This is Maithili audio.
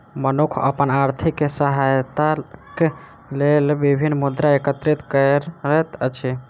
मनुख अपन आर्थिक सहायताक लेल विभिन्न मुद्रा एकत्रित करैत अछि